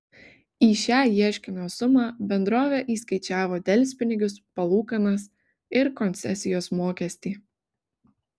į šią ieškinio sumą bendrovė įskaičiavo delspinigius palūkanas ir koncesijos mokestį